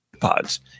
pods